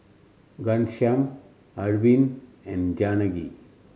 Ghanshyam Arvind and Janaki